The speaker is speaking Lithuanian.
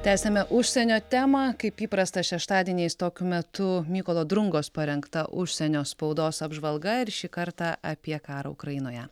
tęsiame užsienio temą kaip įprasta šeštadieniais tokiu metu mykolo drungos parengta užsienio spaudos apžvalga ir šį kartą apie karą ukrainoje